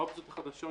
האופציות החדשות